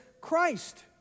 Christ